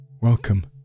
welcome